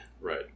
Right